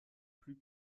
plus